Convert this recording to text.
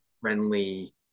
friendly